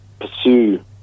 pursue